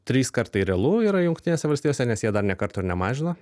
trys kartai realu yra jungtinėse valstijose nes jie dar nė karto ir nemažino